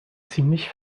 ziemlich